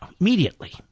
Immediately